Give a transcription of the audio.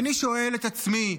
אני שואל את עצמי,